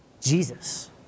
Jesus